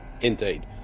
Indeed